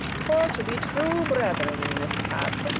for to be true brethren in this case,